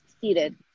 Seated